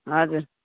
हजुर